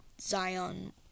Zion